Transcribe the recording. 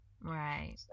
Right